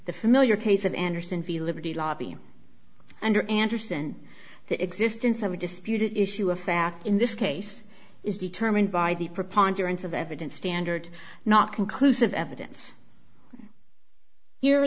the familiar case of andersen v liberty lobby under andersen the existence of a disputed issue of fact in this case is determined by the preponderance of evidence standard not conclusive evidence here